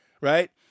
right